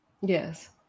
Yes